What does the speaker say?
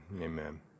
amen